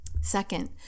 Second